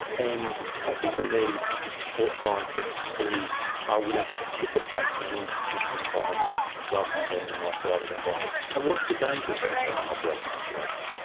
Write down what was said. and i think we need sport scientists who are willing to participate in an institutional environment rather than being in an isolated environment. and what's the danger of having someone operate in isolation?